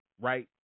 Right